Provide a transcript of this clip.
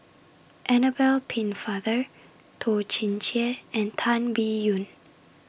Annabel Pennefather Toh Chin Chye and Tan Biyun